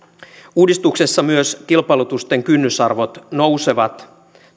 uudistuksessa myös kilpailutusten kynnysarvot nousevat